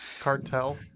Cartel